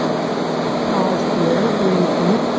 pause here. breathe deep.